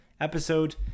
episode